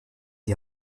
die